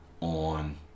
on